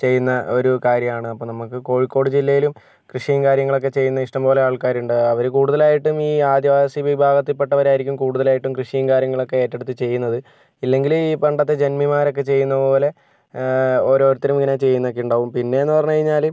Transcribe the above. ചെയ്യുന്ന ഒരു കാര്യമാണ് അപ്പം നമുക്ക് കോഴിക്കോട് ജില്ലയിലും കൃഷിയും കാര്യങ്ങളൊക്കെ ചെയ്യുന്ന ഇഷട്ടംപോലെ ചെയ്യുന്ന ആൾക്കാരുണ്ട് അവര് കൂടുതലായിട്ടും ഈ ആദിവാസി വിഭാഗത്തിൽ പെട്ടവരായിരിക്കും കൂടുതലായിട്ടും കൃഷിയും കാര്യങ്ങളൊക്കെ ഏറ്റെടുത്ത് ചെയ്യുന്നത് ഇല്ലങ്കില് ഈ പണ്ടത്തെ ജന്മിമാരൊക്കെ ചെയ്യുന്ന പോലെ ഓരോരുത്തരും ഇങ്ങനെ ചെയ്യുന്നതൊക്കെയുണ്ടാകും പിന്നെന്ന് പറഞ്ഞ് കഴിഞ്ഞാല്